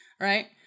right